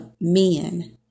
men